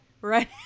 right